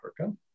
Africa